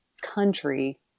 country